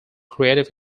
creative